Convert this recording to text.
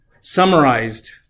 summarized